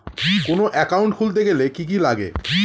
কোন একাউন্ট খুলতে গেলে কি কি লাগে?